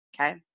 okay